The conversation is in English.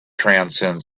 transcend